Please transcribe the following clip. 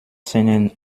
seinen